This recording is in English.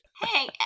Hey